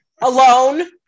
alone